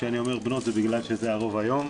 כשאני אומר בנות זה בגלל שזה הרוב היום.